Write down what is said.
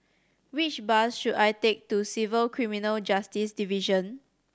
which bus should I take to Civil Criminal Justice Division